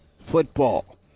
football